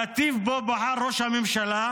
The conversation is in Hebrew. הנתיב שבו בחר ראש הממשלה,